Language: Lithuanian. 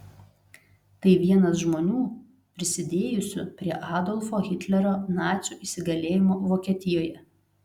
tai vienas žmonių prisidėjusių prie adolfo hitlerio nacių įsigalėjimo vokietijoje